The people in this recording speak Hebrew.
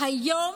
היום